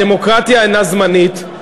הדמוקרטיה אינה זמנית.